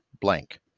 blank